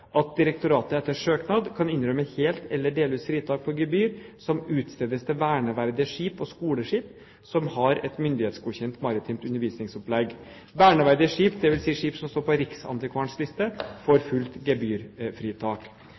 at direktoratet etter søknad kan innrømme helt eller delvis fritak for gebyr som utstedes til verneverdige skip og skoleskip som har et myndighetsgodkjent maritimt undervisningsopplegg. Verneverdige skip, dvs. skip som står på Riksantikvarens liste, får fullt gebyrfritak.